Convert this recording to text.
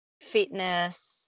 fitness